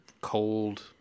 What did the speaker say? cold